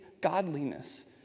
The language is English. godliness